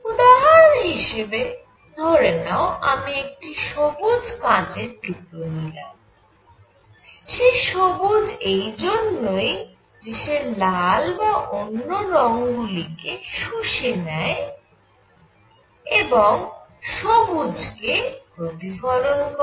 উদাহরণ হিসেবে ধরে নাও আমি একটি সবুজ কাঁচের টুকরো নিলাম সে সবুজ এই জন্যই যে সে লাল বা অন্য রঙ গুলিকে শুষে নেয় ও সবুজ কে প্রতিফলন করে